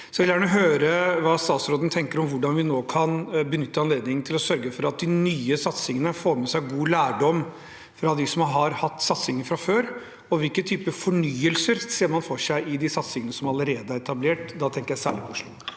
Jeg vil gjerne høre hva statsråden tenker om hvordan vi nå kan benytte anledningen til å sørge for at de nye satsingene får med seg god lærdom fra dem som har hatt satsinger fra før, og hvilke typer fornyelser man ser for seg i de satsingene som allerede er etablert. Da tenker jeg særlig på Oslo.